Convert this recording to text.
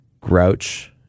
grouch